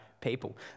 people